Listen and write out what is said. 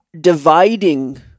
dividing